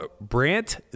Brant